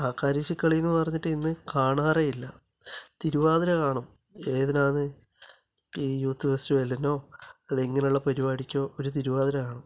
കാക്കരശ്ശി കളി എന്ന് പറഞ്ഞിട്ട് ഇന്ന് കാണാറേയില്ല തിരുവാതിര കാണും ഏതിനാണ് ഈ യൂത്ത് ഫെസ്റ്റിവലിനോ അല്ല ഇങ്ങനെയുള്ള പരിപാടിക്കോ ഒരു തിരുവാതിര കാണും